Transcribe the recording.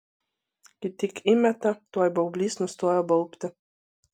kai tik įmeta tuoj baublys nustoja baubti